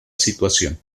situación